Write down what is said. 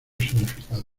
significado